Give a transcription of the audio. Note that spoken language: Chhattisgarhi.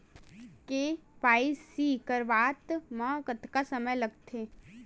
के.वाई.सी करवात म कतका समय लगथे?